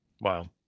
Wow